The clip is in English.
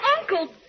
Uncle